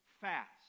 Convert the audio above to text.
fast